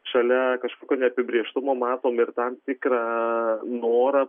šalia kažkokio neapibrėžtumo matom ir tam tikrą norą